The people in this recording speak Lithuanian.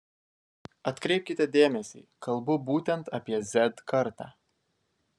atkreipkite dėmesį kalbu būtent apie z kartą